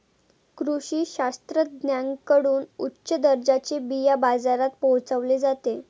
कृषी शास्त्रज्ञांकडून उच्च दर्जाचे बिया बाजारात पोहोचवले जाते